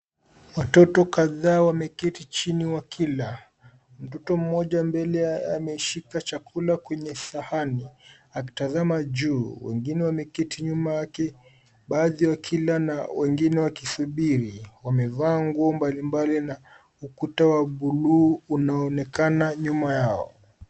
Watoto kadhaa wameketi chini wakila. Mtoto mmoja mbili ameshika chakula kwenye sahani akitazama juu. Wengine wameketi nyuma yake baadhi wakila na wengine wakisubiri. Wamevaa nguo mbalimbali na ukuta wa buluu unaonekana nyuma yao.